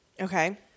Okay